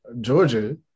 Georgia